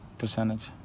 percentage